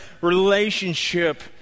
relationship